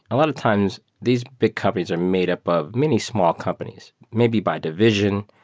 a lot of times these big companies are made up of many small companies. maybe by division,